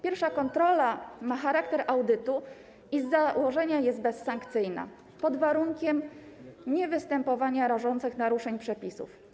Pierwsza kontrola ma charakter audytu i z założenia jest bezsankcyjna, pod warunkiem niewystępowania rażących naruszeń przepisów.